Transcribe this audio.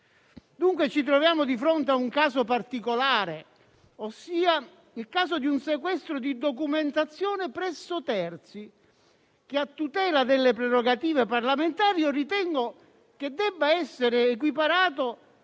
Dunque, ci troviamo di fronte a un caso particolare, ossia al caso di un sequestro di documentazione presso terzi, che, a tutela delle prerogative parlamentari, io ritengo debba essere equiparato